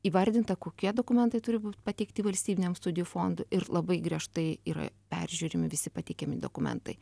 įvardinta kokie dokumentai turi būt pateikti valstybiniam studijų fondui ir labai griežtai yra peržiūrimi visi pateikiami dokumentai